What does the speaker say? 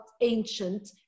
ancient